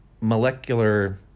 molecular